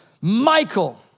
Michael